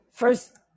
First